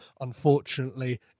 unfortunately